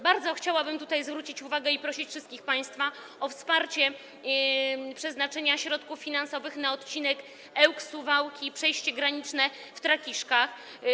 Bardzo chciałabym tutaj zwrócić na to uwagę i prosić wszystkich państwa o wsparcie, przeznaczenie środków finansowych na odcinek Ełk - Suwałki - przejście graniczne w Trakiszkach.